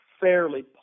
fairly